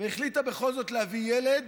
החליטה בכל זאת להביא ילד,